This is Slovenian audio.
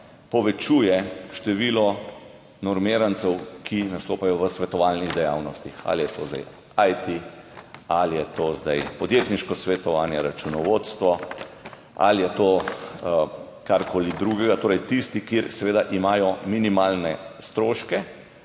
povečuje število normirancev, ki nastopajo v svetovalnih dejavnosti, ali je to zdaj podjetniško svetovanje, računovodstvo ali je to karkoli drugega. Torej tisti, ki seveda imajo minimalne stroške.